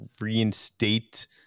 reinstate